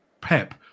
Pep